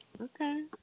Okay